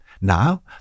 Now